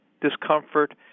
discomfort